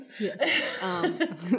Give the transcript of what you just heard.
Yes